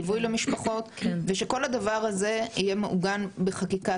ליווי למשפחות ושכל הדבר הזה יהיה מעוגן בחקיקה,